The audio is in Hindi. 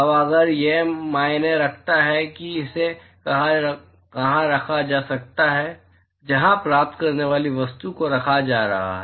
अब अगर यह मायने रखता है कि इसे कहाँ रखा जा रहा है जहाँ प्राप्त करने वाली वस्तु को रखा जा रहा है